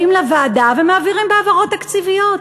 באים לוועדה ומעבירים בהעברות תקציביות.